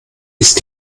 ist